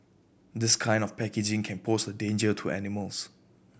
this kind of packaging can pose a danger to animals